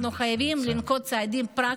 גברתי, חייבים לסיים.